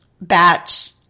batch